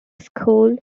school